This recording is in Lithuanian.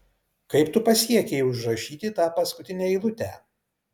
kaip tu pasiekei užrašyti tą paskutinę eilutę